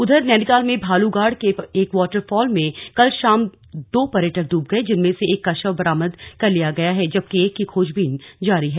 उधर नैनीताल में भालूगाड़ के एक वॉटर फॉल में कल शाम दो पर्यटक डूब गए जिनमें से एक का शव बरामद कर लिया गया है जबकि एक की खोजबीन जारी है